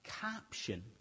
caption